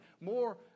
more